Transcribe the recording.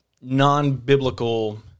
non-biblical